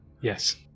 Yes